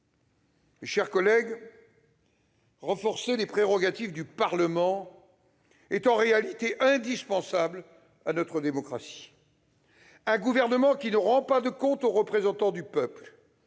Mes chers collègues, renforcer les prérogatives du Parlement est en réalité indispensable à notre démocratie. Un gouvernement qui ne rend pas de comptes aux représentants du peuple,